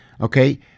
okay